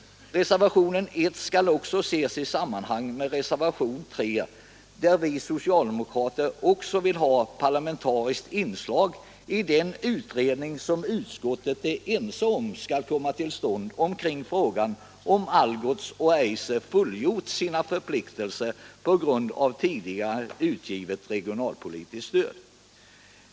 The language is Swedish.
Reservationen 1 skall också ses i sammanhang med reservationen 3, där vi socialdemokrater vill ha parlamentariskt inslag i den utredning som även utskottet anser skall komma till stånd i frågan om Algots och Eiser fullgjort sina förpliktelser på grundval av tidigare utgivet regionalpolitiskt stöd.